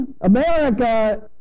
America